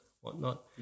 whatnot